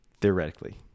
theoretically